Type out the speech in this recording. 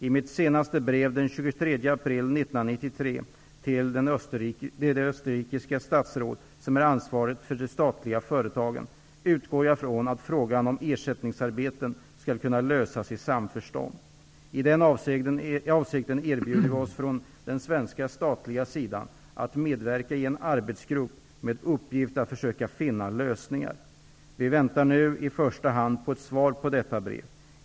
I mitt senaste brev av den 23 april 1993 till det österrikiska statsråd som är ansvarigt för de statliga företagen utgår jag från att frågan om ersättningsarbeten skall kunna lösas i samförstånd. I den avsikten erbjuder vi oss från den svenska statliga sidan att medverka i en arbetsgrupp med uppgift att försöka finna lösningar. Vi väntar nu i första hand på ett svar på detta brev.